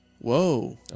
whoa